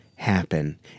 Happen